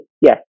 Yes